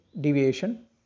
deviation